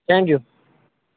thank you